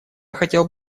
хотел